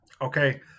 Okay